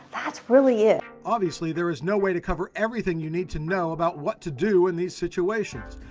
that's really it. obviously there is no way to cover everything you need to know about what to do in these situations,